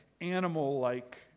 animal-like